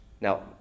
Now